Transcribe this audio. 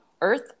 Earth